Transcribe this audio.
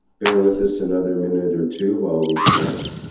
bear with us another minute or two while we connect.